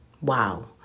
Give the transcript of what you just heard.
Wow